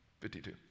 52